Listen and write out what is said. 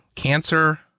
cancer